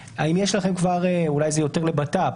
אולי זה יותר לבט"פ,